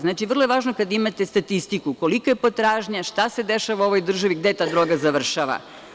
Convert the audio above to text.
Znači, vrlo je važno kad imate statistiku kolika je potražnja, šta se dešava u ovoj državi, gde ta droga završava.